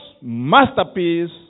masterpiece